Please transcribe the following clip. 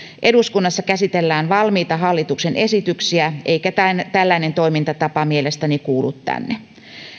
eduskunnassa käsitellään valmiita hallituksen esityksiä eikä tällainen toimintatapa mielestäni kuulu tänne